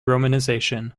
romanization